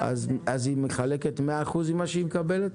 היא מחלקת 100% ממה שהיא מקבלת?